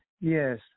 Yes